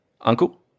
Uncle